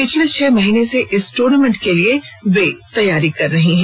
पिछले छह महीने से इस टूर्नामेंट के लिए तैयारी कर रहे हैं